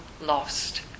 lost